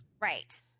Right